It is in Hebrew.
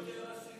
אין יותר אסימונים,